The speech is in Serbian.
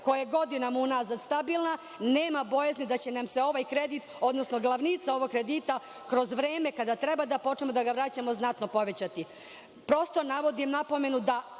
koja je godinama unazad stabilna, nema bojazni da će nam se ovaj kredit, odnosno glavnica ovog kredita kroz vreme kada treba da počnemo da ga vraćamo znatno povećati. Prosto navodim napomenu da